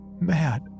mad